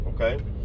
Okay